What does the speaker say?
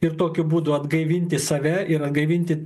ir tokiu būdu atgaivinti save ir atgaivinti